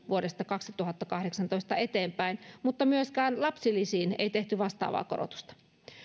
vuodesta kaksituhattakahdeksantoista eteenpäin mutta myöskään lapsilisiin ei tehty vastaavaa korotusta